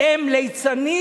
הם ליצנים,